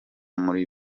muri